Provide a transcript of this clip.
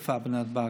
בנתב"ג.